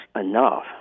Enough